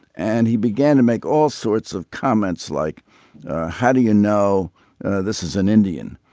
and he began to make all sorts of comments like how do you know this is an indian.